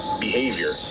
behavior